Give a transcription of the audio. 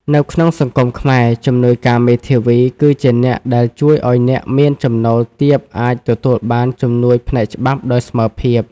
នៅក្នុងសង្គមខ្មែរ ជំនួយការមេធាវីគឺជាអ្នកដែលជួយឱ្យអ្នកមានចំណូលទាបអាចទទួលបានជំនួយផ្នែកច្បាប់ដោយស្មើភាព។